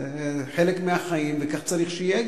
זה חלק מהחיים, וכך גם צריך שיהיה.